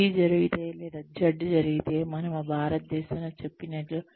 G జరిగితే లేదా Z జరిగితే మనము భారతదేశంలో చెప్పినట్లు